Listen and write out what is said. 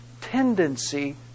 tendency